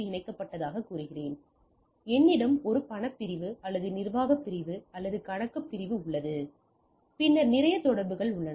இணைக்கப்பட்டதாகக் கூறினேன் என்னிடம் ஒரு பணப் பிரிவு அல்லது நிர்வாக பிரிவு மற்றும் கணக்குப் பிரிவு உள்ளது பின்னர் நிறைய தொடர்பு உள்ளது